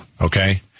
okay